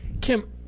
Kim